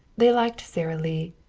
they liked sara lee,